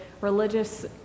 religious